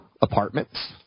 apartments